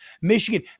Michigan